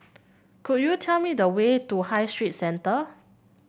could you tell me the way to High Street Centre